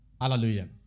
Hallelujah